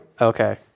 Okay